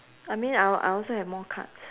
I mean I I also have more cards